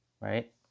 Right